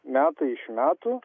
metai iš metų